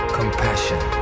compassion